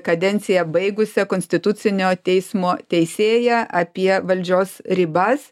kadenciją baigusią konstitucinio teismo teisėja apie valdžios ribas